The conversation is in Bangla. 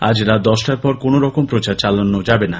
আজ রাত দশটার পর কোনরকম প্রচার চালানো যাবে না